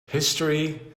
history